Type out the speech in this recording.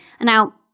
now